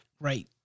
right